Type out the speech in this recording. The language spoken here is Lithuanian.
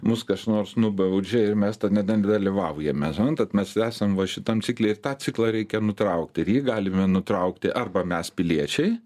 mus kas nors nubaudžia ir mes tada nedalyvaujame suprantat mes esam va šitam cikle tą ciklą reikia nutraukti ir jį galime nutraukti arba mes piliečiai